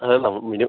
അത് നമ്മൾ മിനിമം